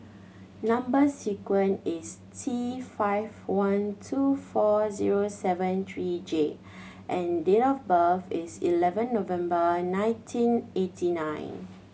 number sequence is T five one two four zero seven three J and date of birth is eleven November nineteen eighty nine